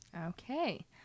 Okay